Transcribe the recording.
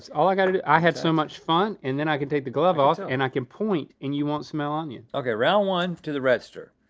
all i gotta do, i had so much fun and then i can take the glove off ah so and i can point and you won't smell onion. okay, round one, to the redster.